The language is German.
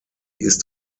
ist